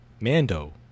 Mando